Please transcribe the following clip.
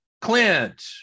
Clint